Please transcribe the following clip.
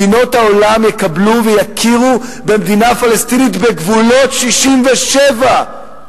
מדינות העולם יקבלו ויכירו במדינה פלסטינית בגבולות 67',